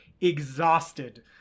exhausted